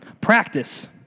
Practice